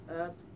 up